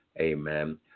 amen